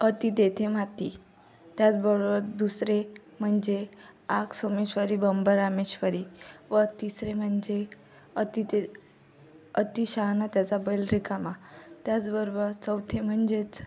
अति तेथे माती त्याचबरोबर दुसरे म्हणजे आग सोमेश्वरी बंब रामेश्वरी व तिसरी म्हणजे अति तेअति शहाणा त्याचा बैल रिकामा त्याचबरोबर चौथी म्हणजेच